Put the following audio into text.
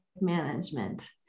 management